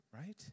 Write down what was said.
Right